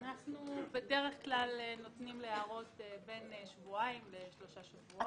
אנחנו בדרך כלל נותנים להערות בין שבועיים לשלושה שבועות.